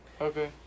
Okay